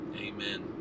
amen